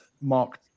Mark